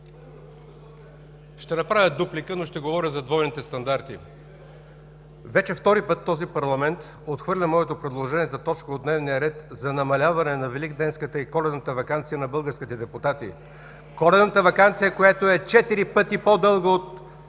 Ще направя дуплика, но ще говоря за двойните стандарти. Вече втори път този парламент отхвърля моето предложение за точка от дневния ред за намаляване на великденската и коледната ваканция на българските депутати. Коледната ваканция, която е четири пъти по-дълга от